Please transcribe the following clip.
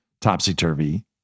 topsy-turvy